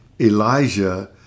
Elijah